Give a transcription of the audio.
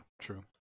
true